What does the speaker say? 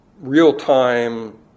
real-time